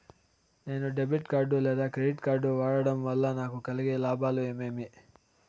నేను debit card లేదా credit card వాడడం వల్ల నాకు కలిగే లాభాలు ఏమేమీ?